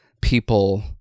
people